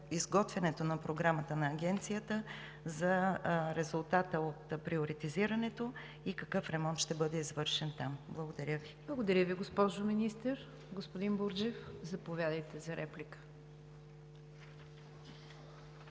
изготвянето на програмата на Агенцията за резултата от приоритизирането и какъв ремонт ще бъде извършен там. Благодаря Ви. ПРЕДСЕДАТЕЛ НИГЯР ДЖАФЕР: Благодаря Ви, госпожо Министър. Господин Бурджев, заповядайте за реплика.